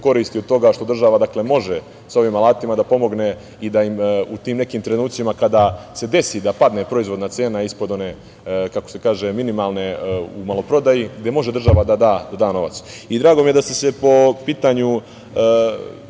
koristi od toga što država može sa ovim alatima da pomogne i da im u tim nekim trenucima kada se desi da padne proizvodna cena ispod one, kako se kaže, minimalne u maloprodaji, gde može država da da novac. Drago mi je da ste se po pitanju